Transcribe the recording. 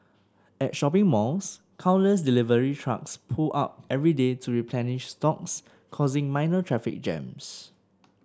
at shopping malls countless delivery trucks pull up every day to replenish stocks causing minor traffic jams